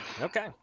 okay